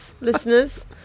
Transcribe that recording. listeners